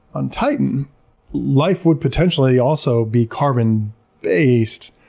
on titan life would potentially also be carbon based,